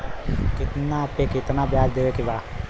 कितना पे कितना व्याज देवे के बा?